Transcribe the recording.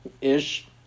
Ish